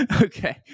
Okay